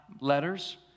letters